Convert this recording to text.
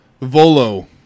Volo